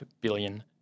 billion